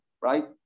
right